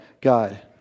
God